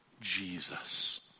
Jesus